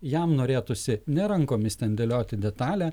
jam norėtųsi ne rankomis ten dėlioti detalę